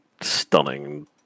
stunning